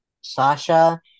sasha